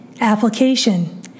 Application